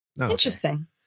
Interesting